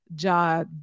Ja